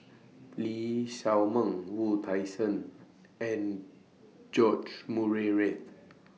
Lee Shao Meng Wu Tsai Yen and George Murray Reith